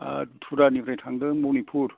टुरानिफ्राय थांदों मनिपुर